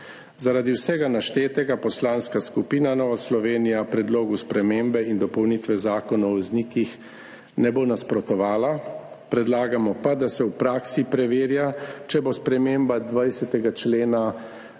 Zaradi vsega naštetega Poslanska skupina Nova Slovenija Predlogu spremembe in dopolnitve Zakona o voznikih ne bo nasprotovala. Predlagamo pa, da se v praksi preverja, ali bo sprememba 20. člena